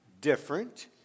different